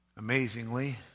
Amazingly